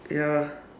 ya